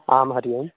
आं हरिः ओम्